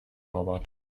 norbert